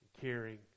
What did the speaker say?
caring